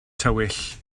tywyll